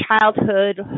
childhood